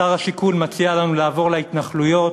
שר השיכון מציע לנו לעבור להתנחלויות,